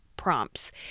Prompts